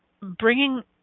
bringing